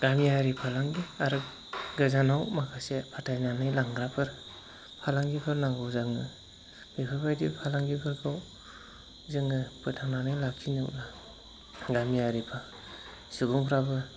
गामियारि फालांगि आरो गोजानाव माखासे फाथायनानै लांग्राफोर फालांगिफोर नांगौ जानाय बेफोरबायदि फालांगिफोरखौ जोङो फोथांनानै लाखिनोब्ला गामियारि सुबुंफ्राबो